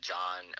John